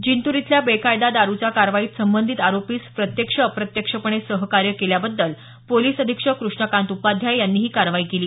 जिंतूर इथल्या बेकायदा दारूच्या कारवाईत संबंधीत आरोपीस प्रत्यक्ष अप्रत्यक्षपणे सहकार्य केल्याबद्दल पोलिस अधीक्षक कृष्णकांत उपाध्याय यांनी ही कारवाई केली